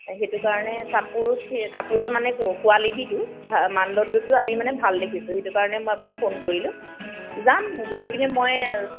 সেইটো কাৰণে কাপোৰ কাপোৰৰ মানে কোৱালিটিটো ভাল মানদণ্ডটো আমি মানে ভাল দেখিছোঁ সেইটো কাৰণে মই আপোনাক ফোন কৰিলোঁ যাম গৈ পিনে মই